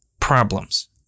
problems